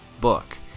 book